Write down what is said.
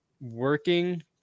working